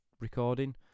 recording